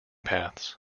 paths